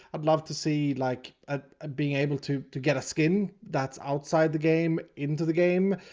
i'd love to see like ah ah being able to to get a skin that's outside the game into the game.